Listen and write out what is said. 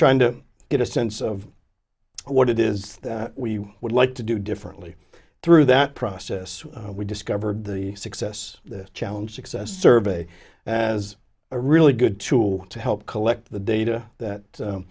trying to get a sense of what it is that we would like to do differently through that process we discovered the success the challenge success survey as a really good tool to help collect the data that